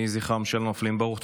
יהי זכרם של הנופלים ברוך.